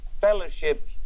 fellowship